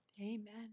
Amen